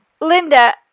Linda